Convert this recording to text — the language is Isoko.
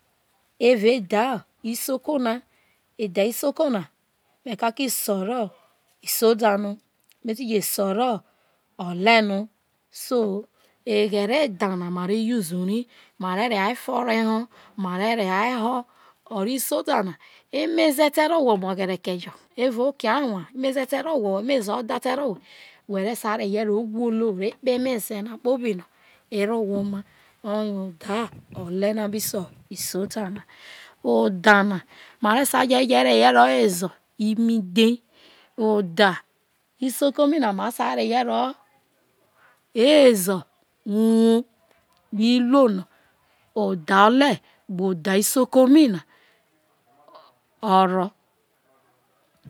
Evao etha isoko na te ro isoda no so ro o̱le̱ no ehere etha na ma re use ri ma re reha ho̱ o̱ro̱ isoda na emeze te̱ ro owhe oma oghere jo wo re sai rehe wolo o re kpe emeze no̱ ero owhe oma na kpobi otha na ma sai je reho weze imitne otnai isoko mi na ma sai rehe weze uwuo iruo no otha o̱le̱ gbe otha isoko mi na o ro